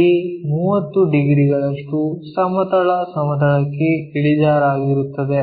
A 30 ಡಿಗ್ರಿಗಳಷ್ಟು ಸಮತಲ ಸಮತಲಕ್ಕೆ ಇಳಿಜಾರಾಗಿರುತ್ತದೆ